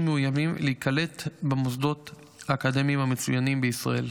מאוימים להיקלט במוסדות האקדמיים המצוינים בישראל.